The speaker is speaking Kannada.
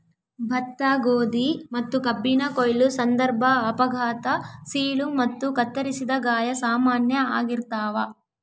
ಭತ್ತ ಗೋಧಿ ಮತ್ತುಕಬ್ಬಿನ ಕೊಯ್ಲು ಸಂದರ್ಭ ಅಪಘಾತ ಸೀಳು ಮತ್ತು ಕತ್ತರಿಸಿದ ಗಾಯ ಸಾಮಾನ್ಯ ಆಗಿರ್ತಾವ